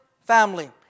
family